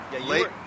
late